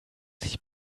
sich